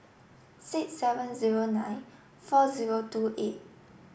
six seven zero nine four zero two eight